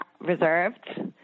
reserved